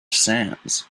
sands